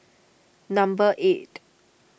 number eight